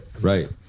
Right